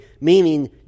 meaning